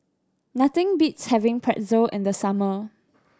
nothing beats having Pretzel in the summer